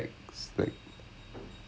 !aiyoyo! dey